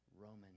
Roman